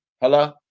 Hello